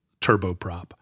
turboprop